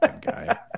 guy